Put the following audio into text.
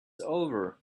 over